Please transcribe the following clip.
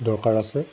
দৰকাৰ আছে